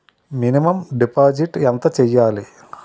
Minimum deposit ఎంత చెయ్యాలి?